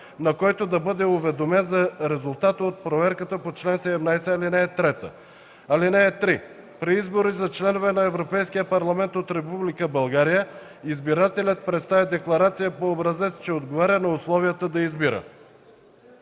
на който да бъде уведомен за резултата от проверката по чл. 17, ал. 3. (3) При избори за членове на Европейския парламент от Република България избирателят представя декларация по образец, че отговаря на условията да избира.”